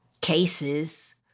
cases